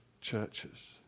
churches